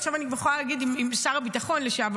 עכשיו אני כבר יכולה להגיד שדיברתי עם שר הביטחון לשעבר,